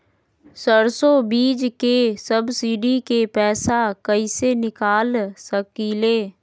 सरसों बीज के सब्सिडी के पैसा कईसे निकाल सकीले?